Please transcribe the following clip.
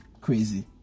crazy